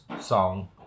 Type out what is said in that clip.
song